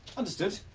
understood. erm.